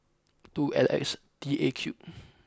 two L X T A Q